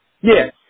Yes